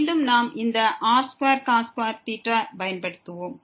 மீண்டும் நாம் இந்த r2ஐ பயன்படுத்துவோம்